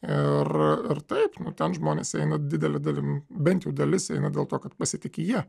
ir ir taip ten žmonės eina didele dalimi bent jau dalis yra dėl to kad pasitiki ja